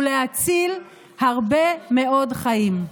ולהציל הרבה מאוד חיים.